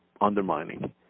undermining